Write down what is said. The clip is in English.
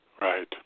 right